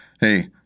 Hey